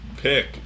pick